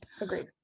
agreed